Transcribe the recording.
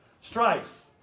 Strife